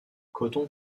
cotton